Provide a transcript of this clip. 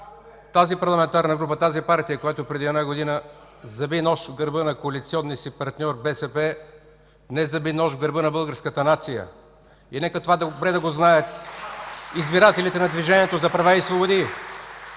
Тази парламентарна група, тази партия, която преди една година заби нож в гърба на коалиционния си партньор БСП, днес заби нож в гърба на българската нация. (Ръкопляскания от БСП ЛБ и „Атака”.) Нека това добре да го знаят избирателите на Движението за права и свободи.